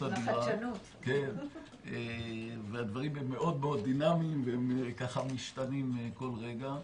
והדברים הם מאוד מאוד דינמיים והם משתנים כל רגע.